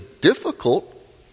difficult